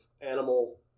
animal